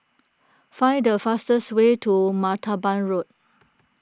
find the fastest way to Martaban Road